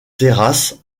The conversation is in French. terrasse